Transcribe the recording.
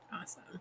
Awesome